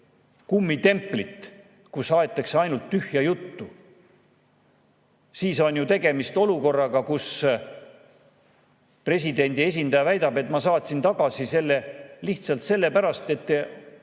kummitemplit, kus aetakse ainult tühja juttu. Siis on ju tegemist olukorraga, kus presidendi esindaja väidab, et ma saatsin tagasi selle lihtsalt sellepärast, et te